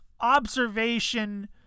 Observation